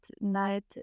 night